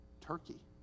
turkey